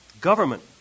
Government